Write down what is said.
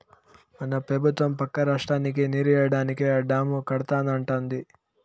మన పెబుత్వం పక్క రాష్ట్రానికి నీరియ్యడానికే ఆ డాము కడతానంటాంది